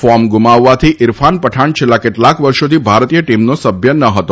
form ગુમાવવાથી ઇરફાન પઠાણ છેલ્લા કેટલાક વર્ષોથી ભારતીય ટીમનો સભ્ય ન હતો